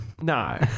No